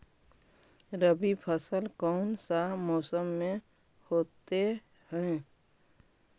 रवि फसल कौन सा मौसम में होते हैं?